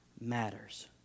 matters